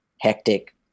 hectic